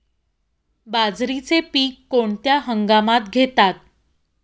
बाजरीचे पीक कोणत्या हंगामात घेतात?